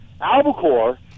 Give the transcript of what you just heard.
albacore